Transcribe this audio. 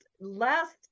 last